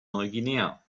neuguinea